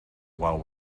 while